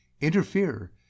interfere